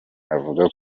avuga